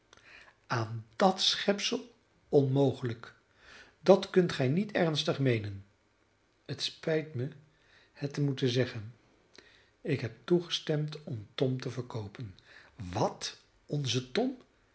aan dat schepsel onmogelijk dat kunt gij niet ernstig meenen het spijt mij het te moeten zeggen ik heb toegestemd om tom te verkoopen wat onzen tom